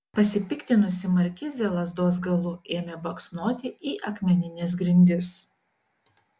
pasipiktinusi markizė lazdos galu ėmė baksnoti į akmenines grindis